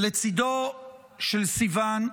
ולצידו של סיון,